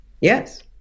Yes